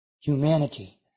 humanity